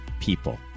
people